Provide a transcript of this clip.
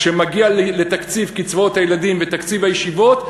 כשזה מגיע לתקציב קצבאות הילדים ותקציב הישיבות,